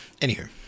anywho